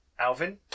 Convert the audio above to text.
alvin